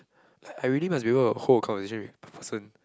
I I really must be able to hold a conversation with the person